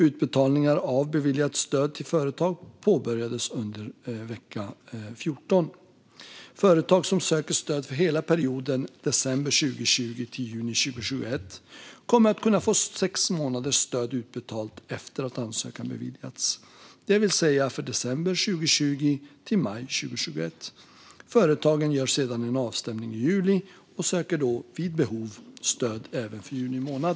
Utbetalningar av beviljat stöd till företag påbörjades under vecka 14. Företag som söker stöd för hela perioden från december 2020 till juni 2021 kommer att kunna få sex månaders stöd utbetalat efter att ansökan beviljats, det vill säga för december 2020 till maj 2021. Företagen gör sedan en avstämning i juli och söker då, vid behov, stöd även för juni månad.